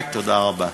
תודה רבה.